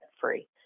free